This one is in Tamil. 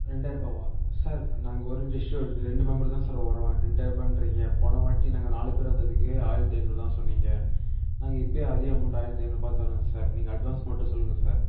ரெண்டாயிரரூபாவா சார் நாங்கள் ஒரு ஜஸ்ட் ஒரு ரெண்டு மெம்பர் தான் சார் வரோம் ரெண்டாயிரரூபான்றீங்க போனவாட்டி நாங்கள் நாலு பேர் வந்ததுக்கே ஆயிரத்தி ஐநூறுதான் சொன்னீங்க நாங்கள் இப்பயே அதே அமௌண்ட் ஆயிரத்தி ஐநூறுரூபா தரோம் சார் நீங்கள் அட்வான்ஸ் மட்டும் சொல்லுங்கள் சார்